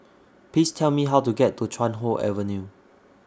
Please Tell Me How to get to Chuan Hoe Avenue